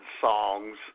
songs